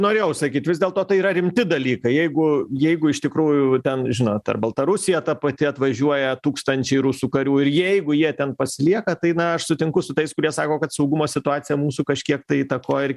norėjau sakyt vis dėlto tai yra rimti dalykai jeigu jeigu iš tikrųjų ten žinot ar baltarusija ta pati atvažiuoja tūkstančiai rusų karių ir jeigu jie ten pasilieka tai na aš sutinku su tais kurie sako kad saugumo situaciją mūsų kažkiek tai įtakoja ir